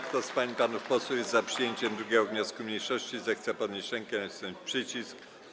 Kto z pań i panów posłów jest za przyjęciem 2. wniosku mniejszości, zechce podnieść rękę i nacisnąć przycisk.